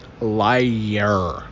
liar